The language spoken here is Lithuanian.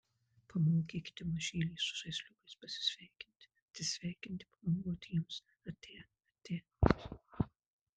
pamokykite mažylį su žaisliukais pasisveikinti atsisveikinti pamojuoti jiems atia atia